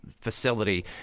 facility